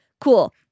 cool